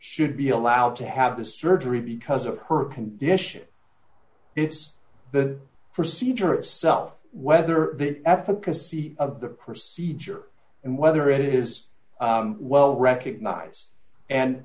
should be allowed to have the surgery because of her condition it's the procedure itself whether the efficacy of the procedure and whether it is well recognize and